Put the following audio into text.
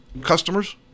customers